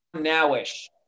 now-ish